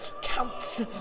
Count's